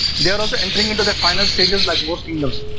they are also entering into their final stages like most kingdoms.